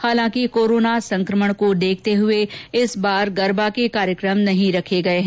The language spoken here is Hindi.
हालांकि कोरोना संक्रण को देखते हुए इस बार गरबा के कार्यक्रम नहीं रखे गए है